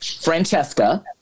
Francesca